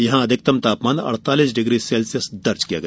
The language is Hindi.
यहां अधिकतम तापमान अड़तालीस डिग्री सेल्सियस दर्ज किया गया